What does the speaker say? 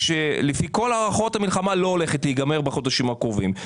כשלפי כל ההערכות המלחמה לא הולכת להיגמר בחודשים הקרובים.